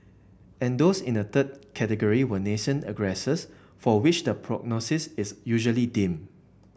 and those in a third category were nascent aggressors for which the prognosis is usually dim